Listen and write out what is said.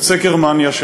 יוצא גרמניה,